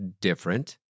different